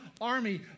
army